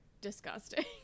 disgusting